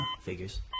Figures